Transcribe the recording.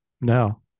No